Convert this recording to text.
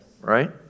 right